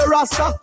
Rasta